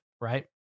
right